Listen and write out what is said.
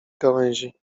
gałęzi